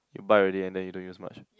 you buy already and then you don't use much